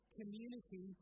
community